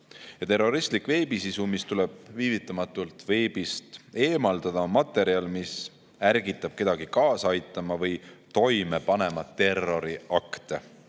Terroristlik veebisisu, mis tuleb viivitamatult veebist eemaldada, on materjal, mis ärgitab kedagi toime panema terroriakte